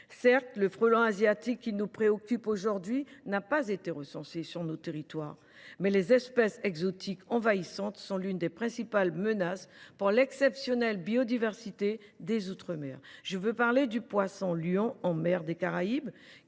Certes, le frelon asiatique qui nous préoccupe aujourd’hui n’a pas été recensé dans nos territoires, mais les espèces exotiques envahissantes sont l’une des principales menaces qui planent sur l’exceptionnelle biodiversité des outre mer. Je pense notamment au poisson lion, qui menace